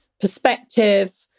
perspective